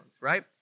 right